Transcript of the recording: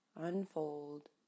unfold